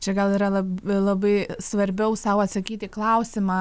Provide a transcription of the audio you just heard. čia gal yra lab labai svarbiau sau atsakyti į klausimą